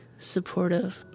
supportive